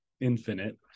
infinite